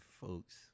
folks